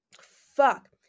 Fuck